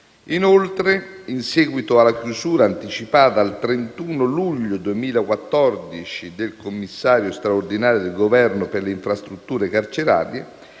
Inoltre, in seguito alla chiusura anticipata al 31 luglio 2014 del Commissario straordinario del Governo per le infrastrutture carcerarie,